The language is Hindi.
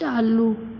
चालू